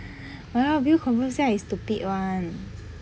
!walao! bill confirm say I stupid [one]